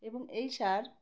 এবং এই সার